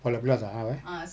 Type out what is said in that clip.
glass ah ah why